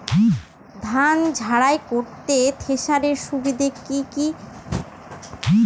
ধান ঝারাই করতে থেসারের সুবিধা কি কি?